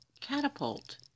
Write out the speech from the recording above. catapult